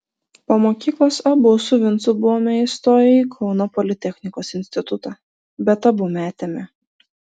po mokyklos abu su vincu buvome įstoję į kauno politechnikos institutą bet abu metėme